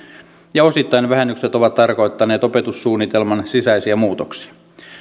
ja osittain vähennykset ovat tarkoittaneet opetussuunnitelman sisäisiä muutoksia